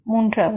மூன்றாவது